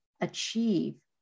achieve